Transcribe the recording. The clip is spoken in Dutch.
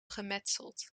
gemetseld